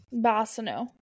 Bassano